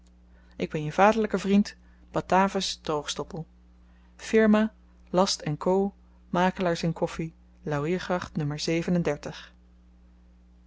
ik ben je vaderlyke vriend batavus droogstoppel firma last co makelaars in koffi lauriergracht n